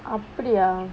அப்டியா:apdiyaa